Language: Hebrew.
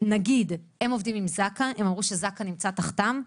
נגיד הם עובדים עם זק"א, הם אמרו שזק"א נמצא תחתם.